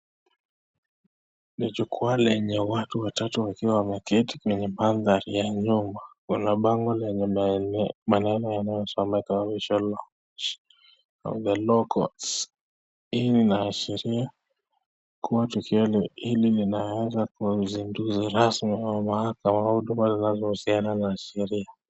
Ni jukwaa lenye watu watatu ambao wameketi kwenye. Kuna pango lenye maneno law courts hii inaashiria kuwa tukio ilo mahakama linalohusiana na sheria.